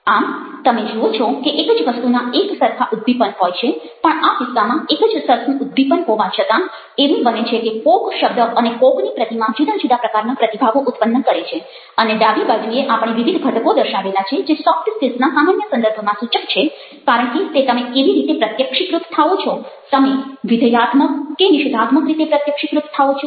આમ તમે જુઓ છો કે એક જ વસ્તુના એક સરખા ઉદ્દીપન હોય છે પણ આ કિસ્સામાં એક જ સરખું ઉદ્દીપન હોવા છતાં એવું બને છે કે કોક શબ્દ અને કોક ની પ્રતિમા જુદા જુદા પ્રકારના પ્રતિભાવો ઉત્પન્ન કરે છે અને ડાબી બાજુએ આપણે વિવિધ ઘટકો દર્શાવેલા છે જે સોફ્ટ સ્કિલ્સના સામાન્ય સંદર્ભમાં સૂચક છે કારણ કે તે તમે કેવી રીતે પ્રત્યક્ષીક્રુત થાઓ છો તમે વિધેયાત્મક કે નિષેધાત્મક રીતે પ્રત્યક્ષીક્રુત થાઓ છો